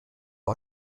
mit